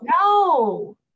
no